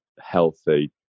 healthy